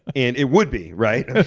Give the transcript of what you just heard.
and it would be, right?